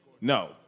No